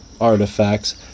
artifacts